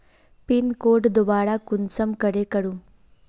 Pin code दोबारा कुंसम करे करूम?